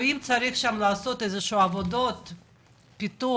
ואם צריך לעשות שם עבודות פיתוח,